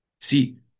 See